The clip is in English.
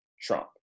Trump